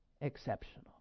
exceptional